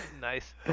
Nice